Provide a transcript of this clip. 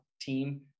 team